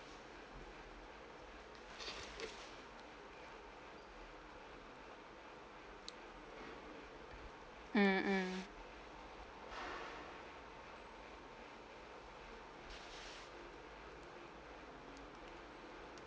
mm mm